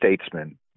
Statesman